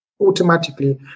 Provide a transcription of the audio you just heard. automatically